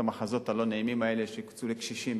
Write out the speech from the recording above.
המחזות הלא-נעימים האלה שקיצצו לקשישים,